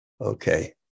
Okay